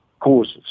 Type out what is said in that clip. causes